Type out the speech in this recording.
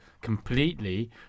completely